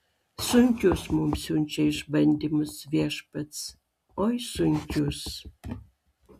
sunkius mums siunčia išbandymus viešpats oi sunkius